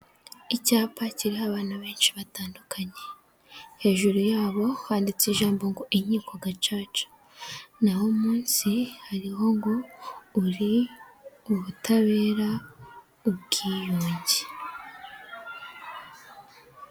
Icyapa kiriho abantu benshi batandukanye hejuru yabo handitse ijambo ngo inkiko gacaca naho munsi hariho ngo uri ubutabera ubwiyunge.